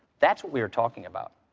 that's what we are talking about.